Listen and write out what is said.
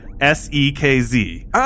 S-E-K-Z